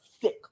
sick